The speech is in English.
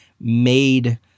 made